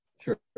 Sure